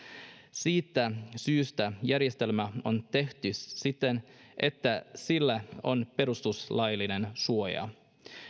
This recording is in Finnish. siitä syystä järjestelmä on tehty siten että sillä on perustuslaillinen suoja